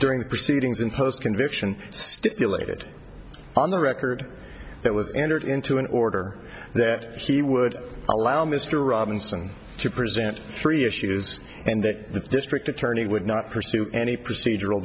during the proceedings in post conviction stipulated on the record that was entered into an order that he would allow mr robinson to present three issues and that the district attorney would not pursue any procedural